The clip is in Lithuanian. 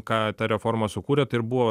ką ta reforma sukūrė tai ir buvo